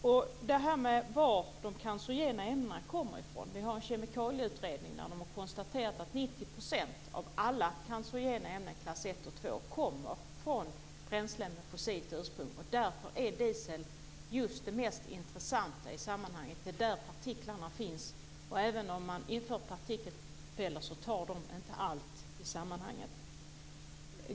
Vi talade om var de cancerogena ämnena kommer ifrån. Vi har en kemikalieutredning som har konstaterat att 90 % av alla cancerogena ämnen, klass 1 och 2, kommer från bränslen med fossilt ursprung. Just därför är diesel det mest intressanta i sammanhanget. Det är där partiklarna finns. Även om man inför partikelfällor tar de inte allt i sammanhanget.